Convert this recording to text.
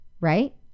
right